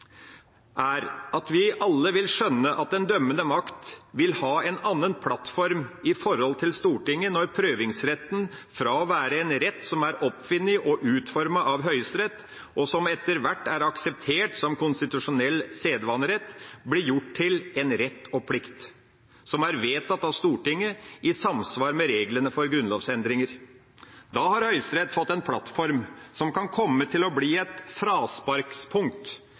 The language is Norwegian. er at vi alle vil skjønne at den dømmende makt vil ha en annen plattform i forhold til Stortinget når prøvingsretten – fra å være en rett som er oppfunnet og utformet av Høyesterett, og som etter hvert er akseptert som konstitusjonell sedvanerett – blir gjort til en rett og plikt som er vedtatt av Stortinget, i samsvar med reglene for grunnlovsendringer. Da har Høyesterett fått en plattform som kan komme til å bli et frasparkspunkt